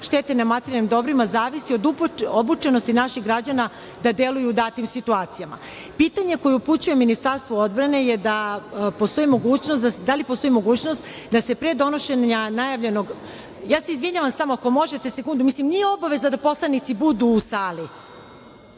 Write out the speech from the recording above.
štete na materijalnim dobrima zavisi od obučenosti naših građana da deluju u datim situacijama. Pitanje koje upućujem Ministarstvu odbrane je - da li postoji mogućnost da se pre donošenja najavljenog, ja se izvinjavam, ako možete sekundu, nije obaveza da poslanici budu u sali,